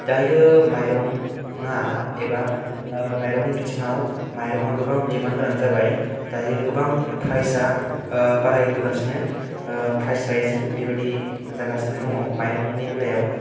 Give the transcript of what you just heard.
दायो माइरंआ एबा माइरंनि बिथिंआव माइरंआ गोबां डिमाण्ड गोनां जाबाय दायो गोबां प्रायस आ बारायबोगासिनो प्रायस रायज जों बेबादि जागासिनो दङ माइरंनि बेलायाव